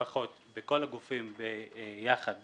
לפחות בכל הגופים יחד במצטבר,